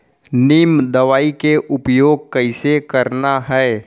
नीम दवई के उपयोग कइसे करना है?